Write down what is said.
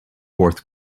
fourth